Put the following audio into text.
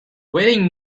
waiting